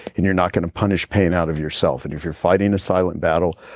and you're not going to punish pain out of yourself. and if you're fighting the silent battle,